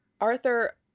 Arthur